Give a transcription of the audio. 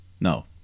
No